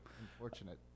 Unfortunate